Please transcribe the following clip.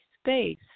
space